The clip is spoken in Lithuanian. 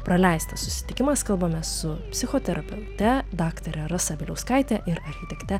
praleistas susitikimas kalbame su psichoterapeute daktare rasa bieliauskaite ir architekte